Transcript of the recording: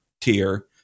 tier